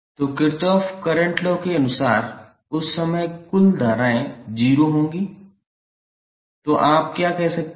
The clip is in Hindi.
तो किरचॉफ करेंट लॉ के अनुसार उस समय कुछ धाराएँ 0 होंगी तो आप क्या कह सकते हैं